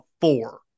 four